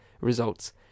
results